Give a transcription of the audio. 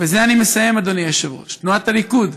ובזה אני מסיים, אדוני היושב-ראש, תנועת הליכוד,